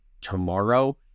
tomorrow